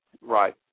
Right